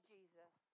Jesus